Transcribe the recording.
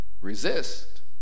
Resist